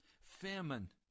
Famine